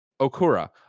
Okura